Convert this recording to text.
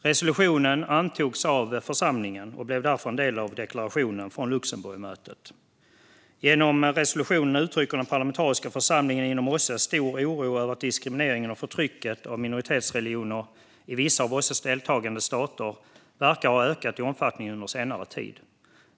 Resolutionen antogs av församlingen och blev därför en del av deklarationen från Luxemburgmötet. Genom resolutionen uttrycker den parlamentariska församlingen inom OSSE stor oro över att diskrimineringen och förtrycket av minoritetsreligioner i vissa av OSSE:s deltagande stater verkar ha ökat i omfattning under senare tid.